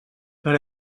per